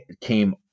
came